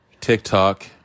TikTok